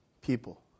people